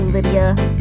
Lydia